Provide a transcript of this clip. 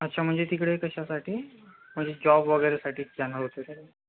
अच्छा म्हणजे तिकडे कशासाठी म्हणजे जॉब वगैरेसाठीच जाणार होते का तुम्ही